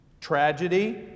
tragedy